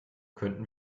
könnten